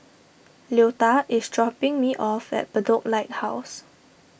Leota is dropping me off at Bedok Lighthouse